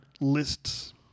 lists